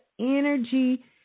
energy